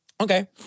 Okay